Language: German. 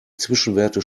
zwischenwerte